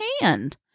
hand